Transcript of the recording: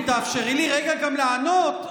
אם תאפשרי לי רגע גם לענות,